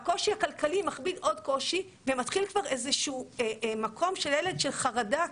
והקושי הכלכלי מכביד עוד קושי ומתחיל כבר איזשהו מקום של ילד של חרדה.